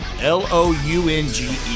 L-O-U-N-G-E